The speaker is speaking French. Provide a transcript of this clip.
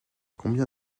combien